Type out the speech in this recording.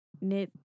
knit